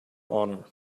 honor